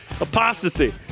Apostasy